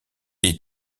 est